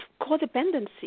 codependency